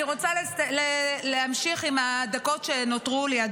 אני רוצה להמשיך בדקות שנותרו לי,